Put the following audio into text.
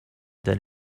that